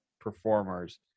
performers